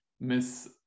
miss